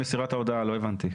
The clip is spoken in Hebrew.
שעברה שנה.